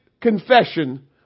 confession